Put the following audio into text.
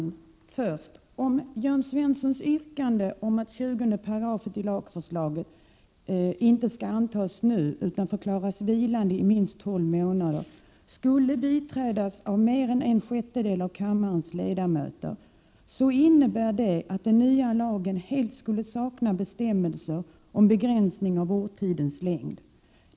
Herr talman! Först: Om Jörn Svenssons yrkande om att 20 § i lagförslaget inte skall antas nu utan förklaras vilande i minst tolv månader skulle biträdas av mer än en sjättedel av kammarens ledamöter, innebär det att den nya lagen helt skulle sakna bestämmelser om begränsning av vårdtidens längd.